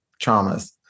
traumas